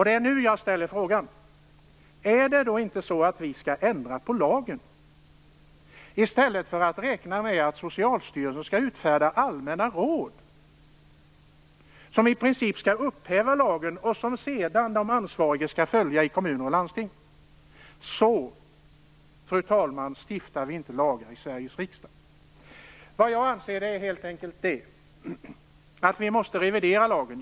Det är nu jag ställer frågan: Är det då inte så att vi skall ändra på lagen, i stället för att räkna med att Socialstyrelsen skall utfärda allmänna råd, som i princip skall upphäva lagen och som de ansvariga i kommuner och landsting sedan skall följa? Så, fru talman, stiftar vi inte lagar i Sveriges riksdag. Vad jag anser är helt enkelt att vi måste revidera lagen.